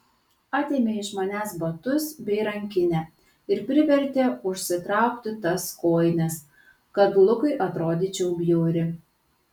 atėmė iš manęs batus bei rankinę ir privertė užsitraukti tas kojines kad lukui atrodyčiau bjauri